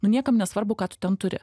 nu niekam nesvarbu ką tu ten turi